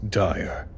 dire